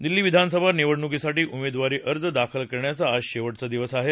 दिल्ली विधानसभा निवडणुकीसाठी उमेदवारी अर्ज दाखल करण्याचा आज शेवाज्ञा दिवस आहे